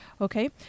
Okay